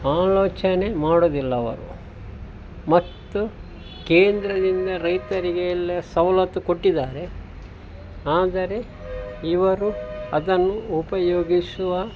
ಆಲೋಚನೆ ಮಾಡೋದಿಲ್ಲ ಅವರು ಮತ್ತು ಕೇಂದ್ರದಿಂದ ರೈತರಿಗೆಲ್ಲ ಸವಲತ್ತು ಕೊಟ್ಟಿದ್ದಾರೆ ಆದರೆ ಇವರು ಅದನ್ನು ಉಪಯೋಗಿಸುವ